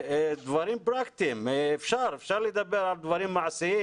דברים פרקטיים, אפשר לדבר על דברים מעשיים